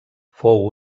fou